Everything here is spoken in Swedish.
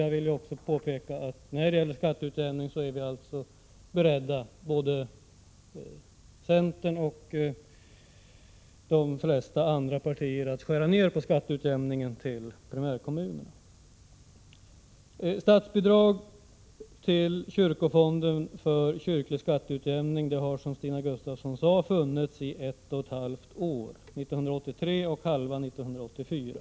Jag vill också påpeka att centern liksom de flesta andra partier är inställt på att skära ned på skatteutjämningen till primärkommunerna. Statsbidrag till kyrkofonden för kyrklig skatteutjämning har, som Stina Gustavsson sade, funnits i ett och ett halvt år, nämligen år 1983 och halva år 1984.